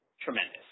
tremendous